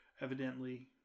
evidently